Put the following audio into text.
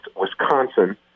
Wisconsin